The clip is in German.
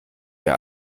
der